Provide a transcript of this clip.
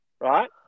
Right